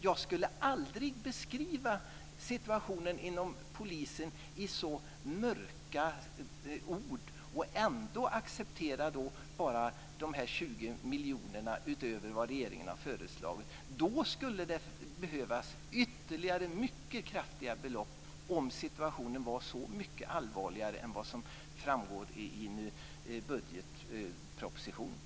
Jag skulle aldrig beskriva situationen inom polisen i så mörka ord och ändå acceptera bara 20 miljoner utöver vad regeringen har föreslagit. Då skulle det behövas ytterligare mycket kraftiga belopp, om situationen var så mycket allvarligare än vad som framgår i budgetpropositionen.